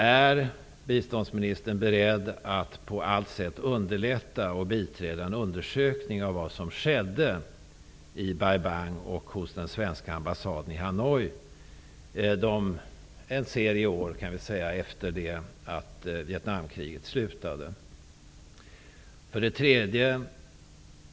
Är biståndsministern beredd att på alla sätt underlätta och biträda en undersökning av vad som skedde i Bai Bang och på den svenska ambassaden i Hanoi en serie år efter det att Vietnamkriget slutade?